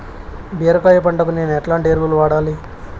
బీరకాయ పంటకు నేను ఎట్లాంటి ఎరువులు వాడాలి?